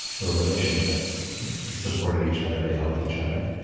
are relationships supported each other, they help each other.